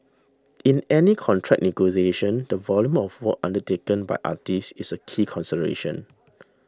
in any contract negotiation the volume of work undertaken by artiste is a key consideration